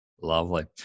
Lovely